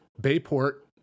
Bayport